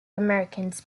americans